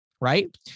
right